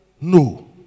no